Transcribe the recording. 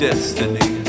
destiny